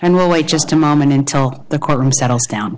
and really just a moment and tell the courtroom settles down